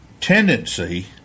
tendency